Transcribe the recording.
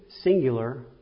singular